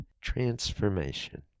transformation